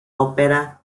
ópera